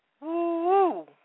Woo